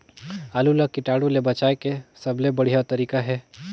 आलू ला कीटाणु ले बचाय के सबले बढ़िया तारीक हे?